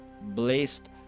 blessed